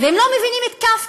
ואם לא מבינים את קפקא,